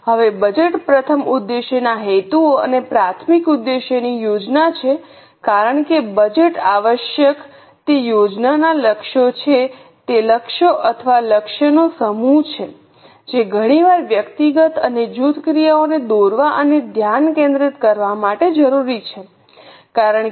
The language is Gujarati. હવે બજેટ પ્રથમ ઉદ્દેશ્યના હેતુઓ અને પ્રાથમિક ઉદ્દેશ્યની યોજના છે કારણ કે બજેટ આવશ્યક તે યોજના છે તે લક્ષ્યો અથવા લક્ષ્યનો સમૂહ છે જે ઘણીવાર વ્યક્તિગત અને જૂથ ક્રિયાઓને દોરવા અને ધ્યાન કેન્દ્રિત કરવા માટે જરૂરી છે કારણ કે